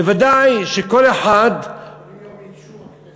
ודאי שכל אחד, 80 יום מאישור הכנסת.